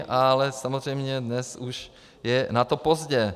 Ale samozřejmě dnes už je na to pozdě.